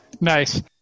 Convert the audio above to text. Nice